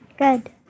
Good